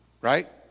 right